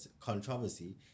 controversy